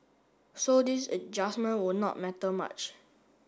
so this adjustment would not matter much